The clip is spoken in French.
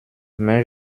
mais